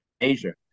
Asia